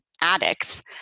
addicts